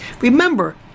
remember